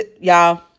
y'all